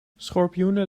schorpioenen